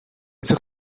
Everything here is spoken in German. sich